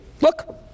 look